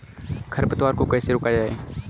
खरपतवार को कैसे रोका जाए?